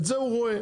את זה הוא רואה,